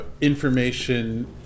information